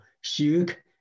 shook